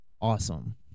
awesome